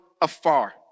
afar